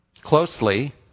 closely